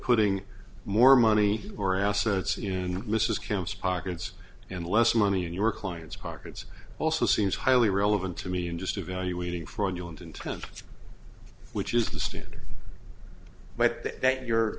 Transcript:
putting more money or assets in mrs camp's pockets and less money in your client's pockets also seems highly relevant to me in just evaluating fraudulent intent which is the standard but that you're